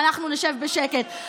ואנחנו נשב בשקט.